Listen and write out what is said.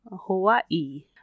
Hawaii